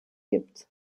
gibt